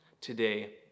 today